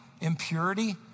impurity